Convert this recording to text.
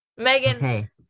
Megan